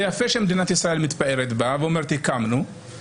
זה יפה שמדינת ישראל מתפארת ביחידה ואומרת "הקמנו",